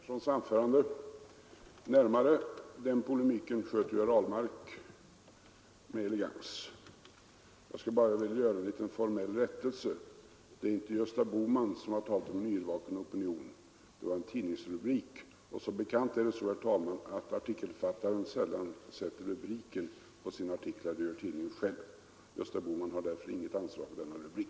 Herr talman! Jag skall inte närmare gå in på herr Berndtsons anförande. Den polemiken sköter ju herr Ahlmark med elegans. Jag skulle bara vilja göra en liten formell rättelse. Det är inte Gösta Bohman som har talat om en yrvaken opinion. Det var en tidningsrubrik, och som bekant, herr talman, sätter artikelförfattare sällan rubriker på sina artiklar; det gör tidningen själv. Gösta Bohman har därför inget ansvar för denna rubrik.